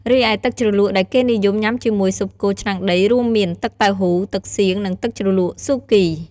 រីឯទឹកជ្រលក់ដែលគេនិយមញុំាជាមួយស៊ុបគោឆ្នាំងដីរួមមាន ទឹកតៅហ៊ូ ទឹកសៀង និងទឹកជ្រលក់ស៊ូគី។